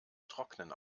trocknen